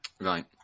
Right